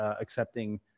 accepting